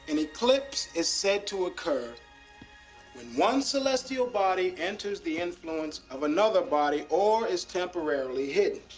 and eclipse is said to occur when one celestial body enters the influence of another body or is temporarily hidden.